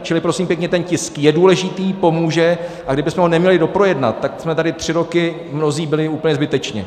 Čili prosím pěkně, ten tisk je důležitý, pomůže, a kdybychom ho neměli doprojednat, tak jsme tady mnozí byli tři roky úplně zbytečně.